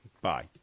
Bye